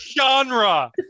genre